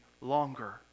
longer